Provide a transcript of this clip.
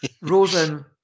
Rosen